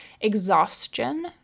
Exhaustion